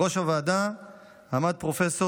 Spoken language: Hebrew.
בראש הוועדה עמד פרופ'